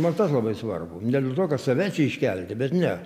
man tas labai svarbu ne dėl to kd save čia iškelti bet ne